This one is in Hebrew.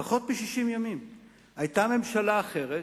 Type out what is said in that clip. לפני פחות מ-60 יום היתה ממשלה אחרת,